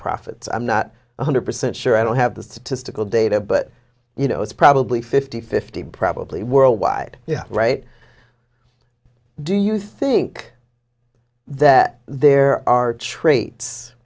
nonprofits i'm not one hundred percent sure i don't have the statistical data but you know it's probably fifty fifty probably worldwide yeah right do you think that there are traits